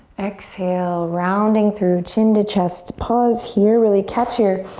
exhale, rounding through chin to chest, pause here, really catch your